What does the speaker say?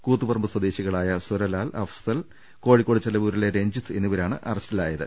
കൂത്തുപറമ്പ് സ്വദേശി കളായ സ്വരലാൽ അഫ്സൽ കോഴിക്കോട് ചെലവൂരിലെ രഞ്ജിത് എന്നിവരാണ് അറസ്റ്റിലായത്